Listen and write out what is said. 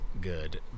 good